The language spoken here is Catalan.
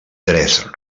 tres